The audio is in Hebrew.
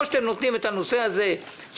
או שאתם נותנים את הנושא הזה של